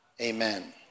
Amen